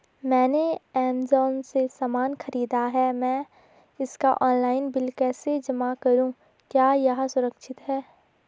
मैंने ऐमज़ान से सामान खरीदा है मैं इसका ऑनलाइन बिल कैसे जमा करूँ क्या यह सुरक्षित है?